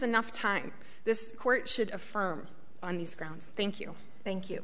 enough time this court should affirm on these grounds thank you thank you